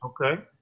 okay